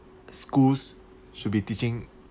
schools should be teaching